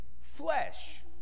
flesh